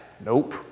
Nope